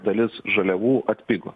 dalis žaliavų atpigo